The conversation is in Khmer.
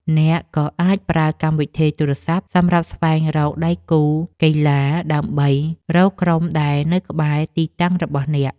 អ្នកក៏អាចប្រើកម្មវិធីទូរស័ព្ទសម្រាប់ស្វែងរកដៃគូកីឡា ដើម្បីរកក្រុមដែលនៅក្បែរទីតាំងរបស់អ្នក។